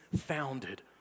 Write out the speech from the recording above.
founded